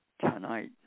tonight